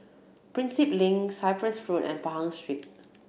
Prinsep Link Cyprus Road and Pahang Street